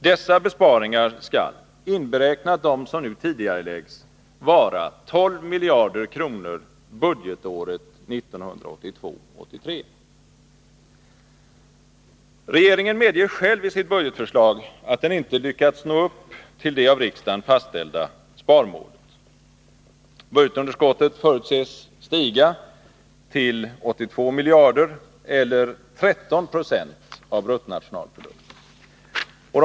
Dessa besparingar skall — inberäknat dem som nu tidigareläggs — vara 12 miljarder kronor budgetåret 1982/83 —---. Regeringen medger själv i sitt budgetförslag att den inte lyckats nå upp till det av riksdagen fastställda sparmålet. Budgetunderskottet förutses stiga till 82 miljarder eller 13 20 av bruttonationalprodukten.